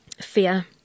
fear